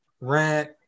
rent